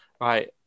right